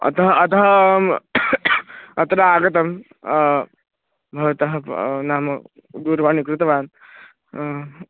अतः अतः अहम् अत्र आगतः भवतः प् नाम दूरवाणी कृतवान्